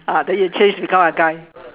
ah then you change become a guy